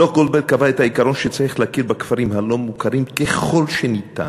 דוח גולדברג קבע את העיקרון שצריך להכיר בכפרים הלא-מוכרים ככל שניתן.